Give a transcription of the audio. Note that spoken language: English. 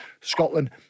Scotland